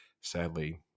sadly